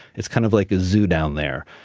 it's kind of like a zoo down there.